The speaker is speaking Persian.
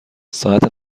ساعت